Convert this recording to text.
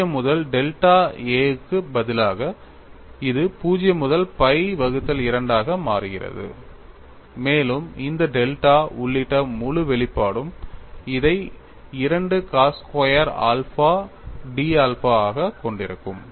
0 முதல் delta a க்கு பதிலாக இது 0 முதல் pi 2 ஆக மாறுகிறது மேலும் இந்த டெல்டா உள்ளிட்ட முழு வெளிப்பாடும் இதை 2 cos square alpha d alpha ஆகக் கொண்டிருக்கும்